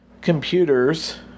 computers